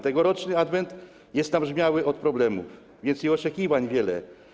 Tegoroczny adwent jest nabrzmiały od problemów, więc i oczekiwań jest wiele.